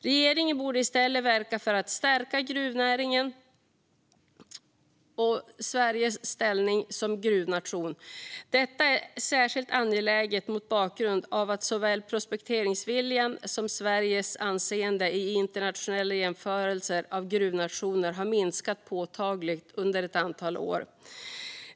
Regeringen borde i stället verka för att stärka gruvnäringen och Sveriges ställning som gruvnation. Detta är särskilt angeläget mot bakgrund av att såväl prospekteringsviljan som Sveriges anseende i internationella jämförelser av gruvnationer har minskat påtagligt under ett antal år.